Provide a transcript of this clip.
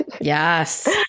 yes